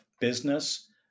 business